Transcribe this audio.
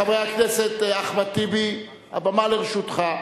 חבר הכנסת אחמד טיבי, הבמה לרשותך.